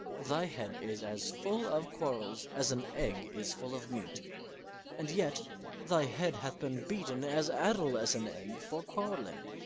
thy head is as full of quarrels as an egg is full of meat and yet thy head hath been beaten as addle as an egg for quarrelling.